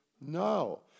No